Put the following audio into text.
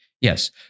Yes